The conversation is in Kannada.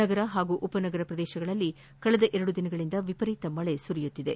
ನಗರ ಹಾಗೂ ಉಪನಗರ ಪ್ರದೇಶಗಳಲ್ಲಿ ಕಳೆದ ಎರಡು ದಿನಗಳಿಂದ ವಿಪರೀತ ಮಳೆ ಸುರಿಯುತ್ತಿದೆ